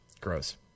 Gross